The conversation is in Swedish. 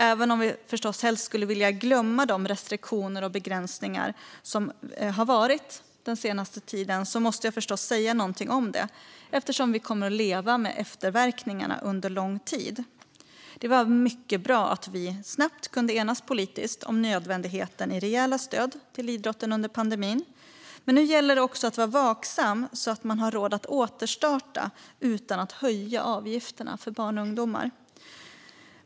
Även om vi helst skulle vilja glömma de restriktioner och begränsningar som vi har haft måste jag förstås säga något om det eftersom vi kommer att leva med efterverkningarna under lång tid. Det var mycket bra att vi snabbt kunde enas politiskt om nödvändigheten i rejäla stöd till idrotten under pandemin. Nu gäller det att vara vaksam så att man har råd att återstarta utan att höja avgifterna för barn och ungdomar.